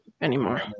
anymore